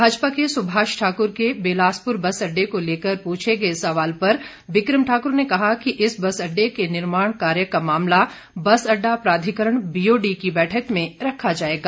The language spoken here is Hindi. भाजपा के सुभाष ठाकुर के बिलासपुर बस अड्डे को लेकर पूछे गए सवाल पर बिक्रम ठाक्र ने कहा कि इस बस अड्डे के निर्माण कार्य का मामला बस अड्डा प्राधिकरण बीओडी की बैठक में रखा जाएगा